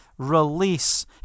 release